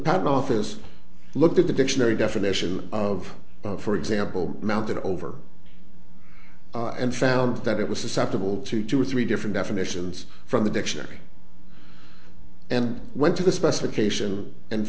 patent office looked at the dictionary definition of for example mounted over and found that it was susceptible to two or three different definitions from the dictionary and went to the specification and